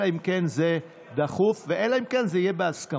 אלא אם כן זה דחוף ואלא אם כן זה יהיה בהסכמה,